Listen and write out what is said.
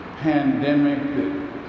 pandemic